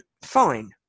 fine